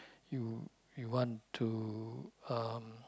you you want to uh